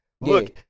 Look